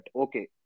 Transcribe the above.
okay